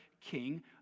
king